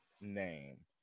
name